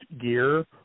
gear